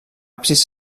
absis